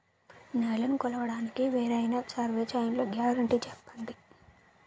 నేలనీ కొలవడానికి వేరైన సర్వే చైన్లు గ్యారంటీ చెప్పండి?